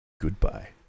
Goodbye